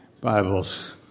Bibles